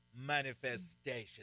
manifestation